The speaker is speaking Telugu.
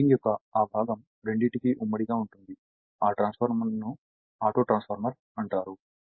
వైండింగ్ యొక్క ఆ భాగం రెండింటికీ ఉమ్మడి గా ఉంటుంది ఆ ట్రాన్స్ఫార్మర్ను ఆటో ట్రాన్స్ఫార్మర్ అంటారు